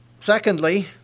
Secondly